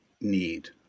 need